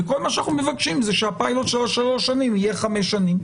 וכל מה שאנחנו מבקשים זה שהפיילוט של ה-3 שנים יהיה 5 שנים.